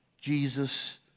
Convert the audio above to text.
Jesus